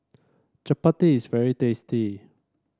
chapati is very tasty